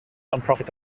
nonprofit